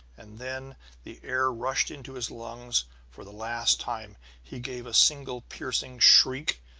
and then the air rushed into his lungs for the last time he gave a single piercing shriek,